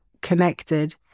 connected